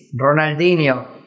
Ronaldinho